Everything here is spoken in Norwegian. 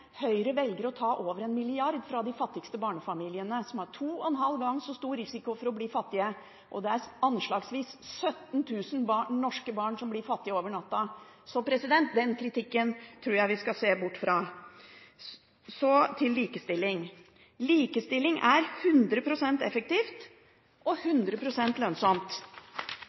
velger å ta over 1 mrd. kr fra de fattigste barnefamiliene. De har 2,5 ganger så stor risiko for å bli fattige, og det er anslagsvis 17 000 norske barn som blir fattige over natten. Så den kritikken tror jeg vi skal se bort fra. Så til likestilling: Likestilling er 100 pst. effektivt og 100 pst. lønnsomt.